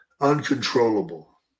uncontrollable